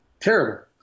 terrible